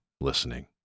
listening